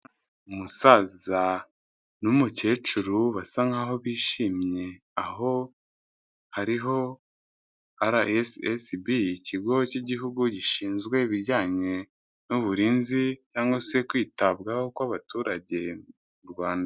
Umusaza n'umukecuru basa nkaho bishimye, aho hariho RSSB, ikigo cy'igihugu gishinzwe ibijyanye n'uburinzi cyangwa se kwitabwaho kw'abaturage mu Rwanda.